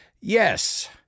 yes